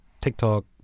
TikTok